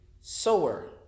sower